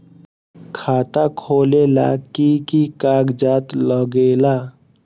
खाता खोलेला कि कि कागज़ात लगेला?